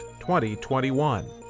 2021